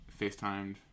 FaceTimed